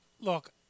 look